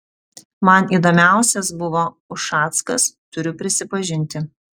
man įdomiausias buvo ušackas turiu prisipažinti